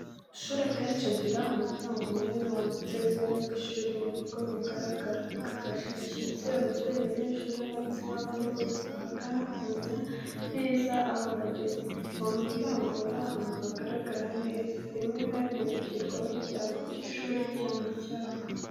Amashuri akenshi agira umuryango munini wanditseho izina ry'ishuri mu buryo bugaragara. Bigafasha abashyitsi, ababyeyi, abanyeshuri n'abandi bose bahagana kumenya neza aho bageze. Uwo muryango uba uri ahantu hagaragara neza, rimwe na rimwe ushyirwaho ikirango cy’ishuri cyangwa icyapa.